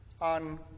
on